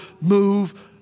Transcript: move